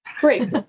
Great